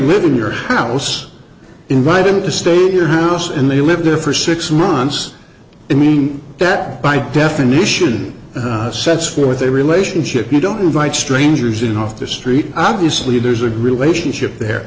live in your house invite him to stay in your house and they live there for six months i mean that by definition sets forth a relationship you don't invite strangers in off the street obviously there's a relationship there